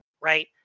right